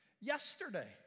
yesterday